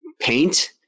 Paint